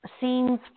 scenes